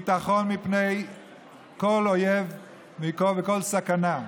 ביטחון מפני כל אויב וכל סכנה.